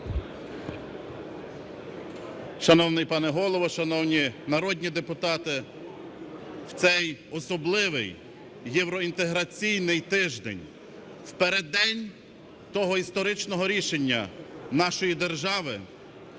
Шановний пане Голово, шановні народні депутати! В цей особливий євроінтеграційний тиждень, у переддень того історичного рішення нашої держави,